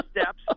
steps